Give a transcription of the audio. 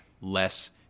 less